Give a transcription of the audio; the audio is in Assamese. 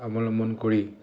অৱলম্বন কৰি